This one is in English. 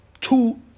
two